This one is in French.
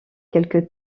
quelques